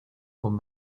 con